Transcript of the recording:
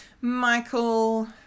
Michael